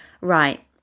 right